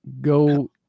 go